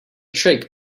trick